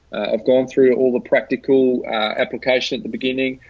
i've gone through all the practical application at the beginning,